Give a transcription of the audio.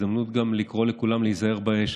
זאת הזדמנות גם לקרוא לכולם להיזהר באש,